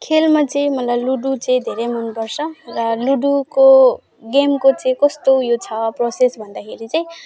खेलमा चाहिँ मलाई लुडो चाहिँ धेरै मन पर्छ र लुडोको गेमको चाहिँ कस्तो ऊ यो छ प्रोसेस भन्दाखेरि चाहिँ